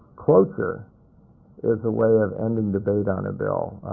cloture is a way of ending debate on a bill.